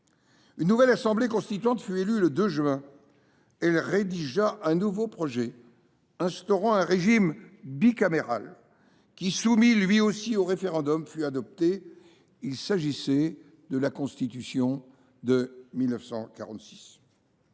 Une nouvelle assemblée constituante fut élue le 2 juin. Celle ci rédigea un nouveau projet instituant un régime bicaméral, soumis lui aussi au référendum, qui fut adopté : il s’agissait de la Constitution du 27